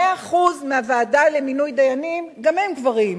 ו-100% חברי הוועדה למינוי דיינים גם הם גברים.